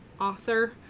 author